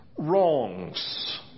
Wrongs